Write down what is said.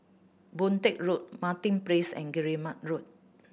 Boon Teck Road Martin Place and Guillemard Road